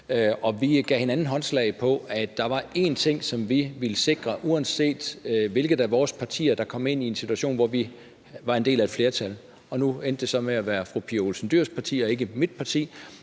vi gav hinanden håndslag på, at der var én ting, som vi ville sikre, uanset hvilket af vores partier der kom ind i en situation, hvor vi var en del af et flertal, og nu endte det så med at være fru Pia Olsen Dyhrs parti og ikke mit parti,